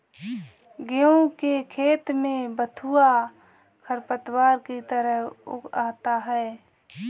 गेहूँ के खेत में बथुआ खरपतवार की तरह उग आता है